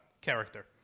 character